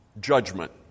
judgment